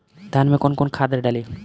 धान में कौन कौनखाद डाली?